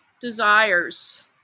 desires